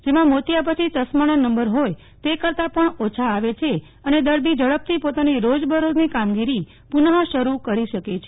જેમાં મોતિયા પછી ચશ્માના નંબર હોયતે કરતા પણ ઓછા આવે છે અને દર્દી ઝડપથી પોતાની રોજ બ રોજની કામગીરી પુનઃ શરૂ કરી શકે છે